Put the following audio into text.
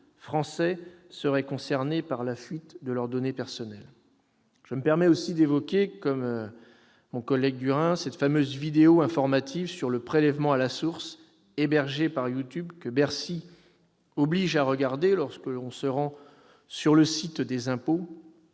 Français, seraient concernés par la fuite de leurs données personnelles. Je me permets aussi d'évoquer, comme Jérôme Durain, cette fameuse vidéo informative sur le prélèvement à la source, hébergée par YouTube, que Bercy oblige à regarder lorsque l'on se rend sur le site des impôts.